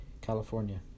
California